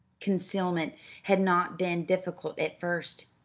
concealment had not been difficult at first.